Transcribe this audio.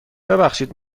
ببخشید